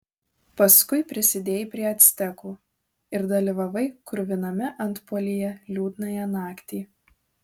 paskui prisidėjai prie actekų ir dalyvavai kruviname antpuolyje liūdnąją naktį